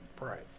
right